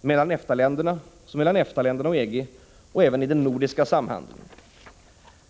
mellan EFTA-länderna som mellan EFTA länderna och EG, samt även i den nordiska samhandeln.